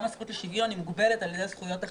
גם הזכות לשוויון מוגבלת על ידי זכויות אחרות,